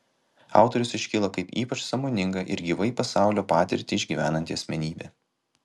autorius iškyla kaip ypač sąmoninga ir gyvai pasaulio patirtį išgyvenanti asmenybė